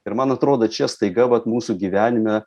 ir man atrodo čia staiga vat mūsų gyvenime